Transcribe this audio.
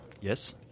yes